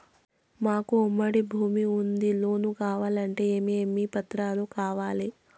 మాకు ఉమ్మడి భూమి ఉంది లోను కావాలంటే ఏమేమి పత్రాలు కావాలి?